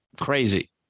crazy